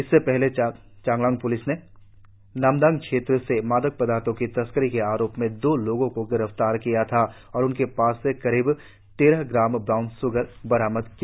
इससे पहले चांगलांग पुलिस ने गत चौबीस को नामदांग क्षेत्र से मादक पदार्थो की तस्करी के आरोप में दो लोगों को गिरफ्तार किया था और उनके पास से करीब तेरह ग्राम ब्राउन स्गर बरामद किया